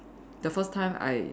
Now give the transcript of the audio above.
the first time I